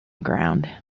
ground